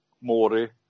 mori